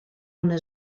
una